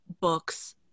books